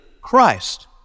christ